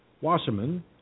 Wasserman